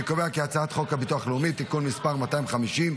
הצעת חוק הביטוח הלאומי (תיקון מס' 250)